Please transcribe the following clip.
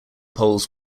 poles